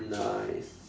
nice